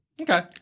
Okay